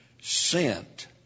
sent